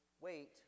wait